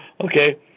Okay